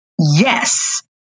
yes